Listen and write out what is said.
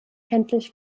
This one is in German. kenntlich